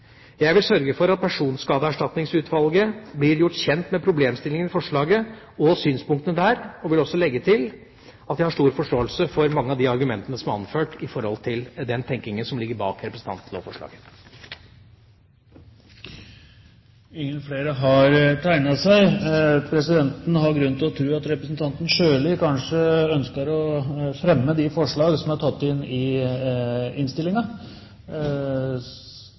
Jeg vil sørge for at Personskadeerstatningsutvalget blir gjort kjent med problemstillingen i forslaget og synspunktene der, og vil også legge til at jeg har stor forståelse for mange av de argumentene som er anført i forhold til den tenkingen som ligger bak representantlovforslaget. Presidenten har grunn til å tro at representanten Sjøli kanskje ønsker å fremme det forslag som er tatt inn i